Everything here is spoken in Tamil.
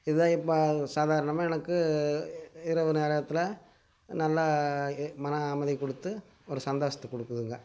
இதுதான் இப்போ சாதாரணமாக எனக்கு இரவு நேரத்தில் நல்லா எ மன அமைதிக் கொடுத்து ஒரு சந்தோசத்தை கொடுக்குதுங்க